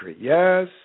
Yes